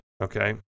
okay